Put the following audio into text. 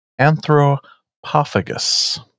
anthropophagus